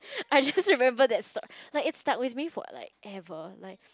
I just remember that story~ like it stuck with me for like ever like